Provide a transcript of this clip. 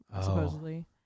supposedly